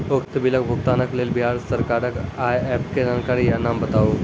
उक्त बिलक भुगतानक लेल बिहार सरकारक आअन्य एप के जानकारी या नाम बताऊ?